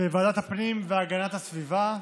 בוועדת הפנים והגנת הסביבה,